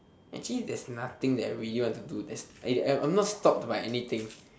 actually there's nothing that I really want to do leh I'm not stopped by anything